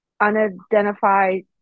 unidentified